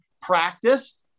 practice